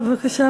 בבקשה,